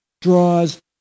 draws